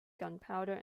gunpowder